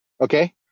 Okay